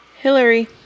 Hillary